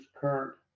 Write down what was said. current